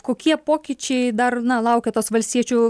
kokie pokyčiai dar na laukia tos valstiečių